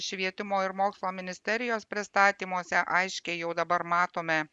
švietimo ir mokslo ministerijos pristatymuose aiškiai jau dabar matome